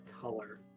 color